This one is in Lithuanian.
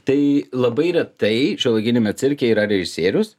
tai labai retai šiuolaikiniame cirke yra režisierius